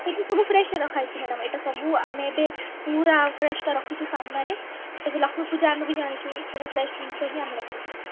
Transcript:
ଏଇଠି ସବୁ ଫ୍ରେସ୍ରେ ରଖାଯାଇଛି ମ୍ୟାଡ଼ାମ୍ ଏଇଟା ସବୁ ଆମେ ଏବେ ପୁରା ଫ୍ରେସ୍ଟା ରଖିଛୁ ସାମ୍ନାରେ ଏବେ ଲକ୍ଷ୍ମୀ ପୂଜା ଆମେ ବି ଜାଣିଛୁ ସବୁ ଫ୍ରେସ୍ ଜିନିଷ ହିଁ ଆମେ ରଖୁଛୁ ଏଇଠି